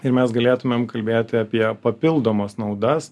ir mes galėtumėm kalbėti apie papildomas naudas